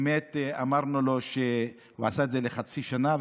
הוא עשה את זה לחצי שנה,